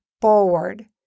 forward